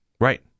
Right